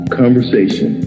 conversation